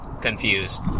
confused